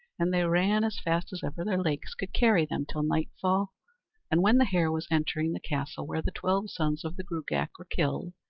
and they ran as fast as ever their legs could carry them till nightfall and when the hare was entering the castle where the twelve sons of the gruagach were killed,